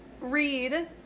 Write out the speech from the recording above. read